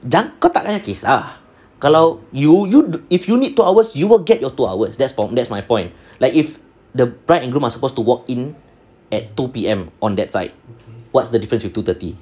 jangan kau tak payah kesah kalau you if you need two hours you will get your two hours that's that's my point like if the bride and groom are supposed to walk in at two P_M on that side what's the difference with two thirty